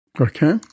Okay